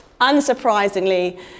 unsurprisingly